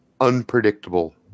unpredictable